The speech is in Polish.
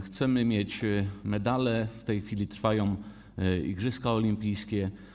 Chcemy mieć medale, w tej chwili trwają Igrzyska Olimpijskie.